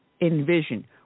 envision